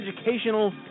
educational